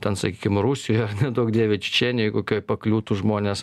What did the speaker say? ten sakykim rusijoj ar neduok dieve čečėnijoj kokioj pakliūtų žmonės